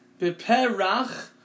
beperach